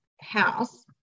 house